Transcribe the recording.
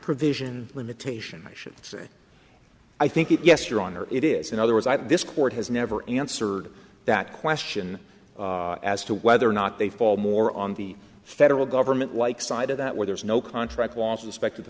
provision limitation i should say i think it yes your honor it is in other words i think this court has never answered that question as to whether or not they fall more on the federal government like side of that where there is no contract was respect of the